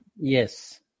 Yes